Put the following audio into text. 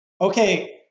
Okay